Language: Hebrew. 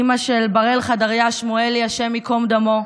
אימא של בראל חדריה שמואלי, השם ייקום דמו.